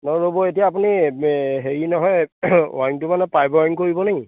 নহয় ৰ'ব এতিয়া আপুনি হেৰি নহয় ৱাৰিংটো মানে পাইপ ৱাৰিং কৰিবনে কি